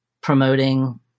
promoting